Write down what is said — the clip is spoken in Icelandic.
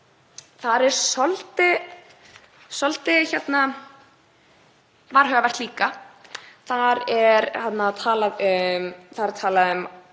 Það er svolítið varhugavert líka. Þar er talað um,